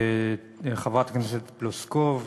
חברת הכנסת פלוסקוב,